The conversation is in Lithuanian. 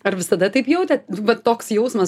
ar visada taip jautė bet toks jausmas